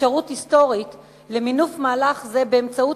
אפשרות היסטורית של מינוף מהלך זה באמצעות